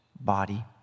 body